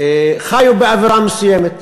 חיו באווירה מסוימת,